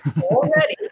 already